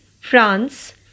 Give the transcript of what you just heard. France